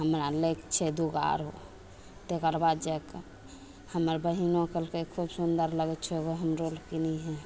हमरा लैके छै दुगो आरो तेकरबाद जा कऽ हमर बहिनो कहलकय खूब सुन्दर लगय छौ एगो हमरो लेल किनिहे